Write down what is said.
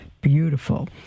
beautiful